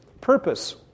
purpose